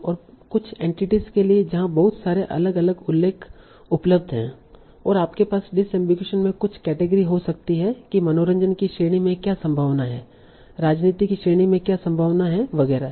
और कुछ एंटिटीस के लिए जहां बहुत सारे अलग अलग उल्लेख उपलब्ध हैं और आपके पास डिसअम्बिगुईशन में कुछ केटेगरी हो सकती हैं कि मनोरंजन की श्रेणी में क्या संभावनाएँ हैं राजनीति की श्रेणी में क्या संभावनाएँ हैं वगैरह